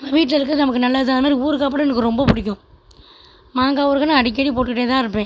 நம்ப வீட்டில் இருக்கிறது நமக்கு நல்லது தான் அது மாதிரி ஊறுகாய் போட எனக்கு ரொம்ப பிடிக்கும் மாங்காய் ஊறுகானால் அடிக்கடி போட்டுகிட்டே தான் இருப்பேன்